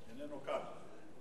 איננו כאן.